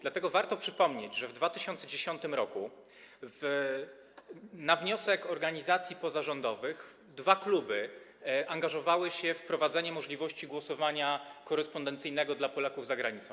Dlatego warto przypomnieć, że w 2010 r. na wniosek organizacji pozarządowych dwa kluby angażowały się we wprowadzenie możliwości głosowania korespondencyjnego dla Polaków za granicą.